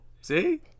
See